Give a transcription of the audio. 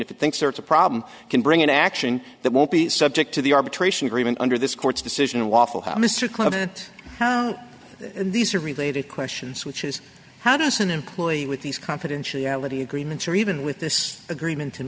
it thinks there is a problem can bring an action that will be subject to the arbitration agreement under this court's decision waffle house mr clement these are related questions which is how does an employee with these confidentiality agreements or even with this agreement in